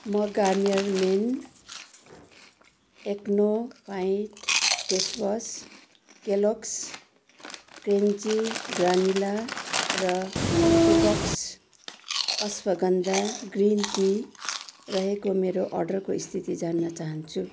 म Garnier men acno fight facewash Kellogg's crunchy granola र Teabox ashwagandha green tea रहेको मेरो अर्डरको स्थिति जान्न चाहन्छु